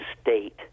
state